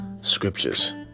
scriptures